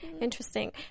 Interesting